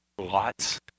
lots